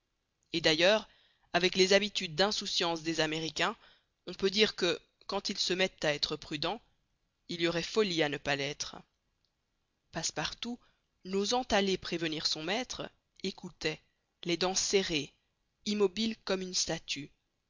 et d'ailleurs avec les habitudes d'insouciance des américains on peut dire que quand ils se mettent à être prudents il y aurait folie à ne pas l'être passepartout n'osant aller prévenir son maître écoutait les dents serrées immobile comme une statue